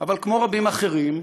אבל כמו רבים אחרים,